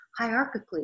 hierarchically